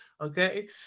Okay